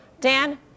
Dan